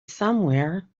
somewhere